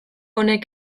honek